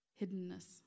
Hiddenness